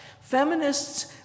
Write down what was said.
Feminists